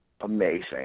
Amazing